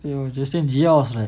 !aiyo! just change yours right